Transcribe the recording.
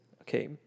okay